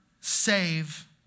save